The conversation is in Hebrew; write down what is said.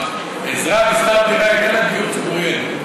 עזרה בשכר דירה איננה דיור ציבורי.